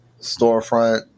storefront